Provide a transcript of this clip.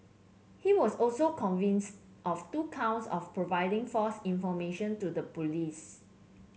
he was also convinced of two counts of providing false information to the police